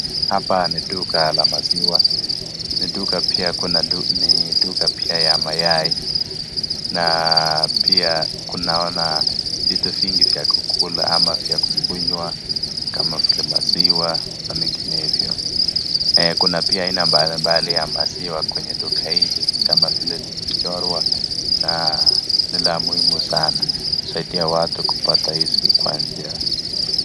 Hapa ni duka la maziwa. Ni duka pia ya mayai na pia kunaona viu vingi vya kukula ama vya kunywa kama vile maziwa na minginevyo. Kuna pia aina mbalimbali ya maziwa kwenye duka hili kama vile ilivyochorwa na ni la muhimu sana zaidi ya watu kupata hizi kwa njaa.